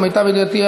למיטב ידיעתי,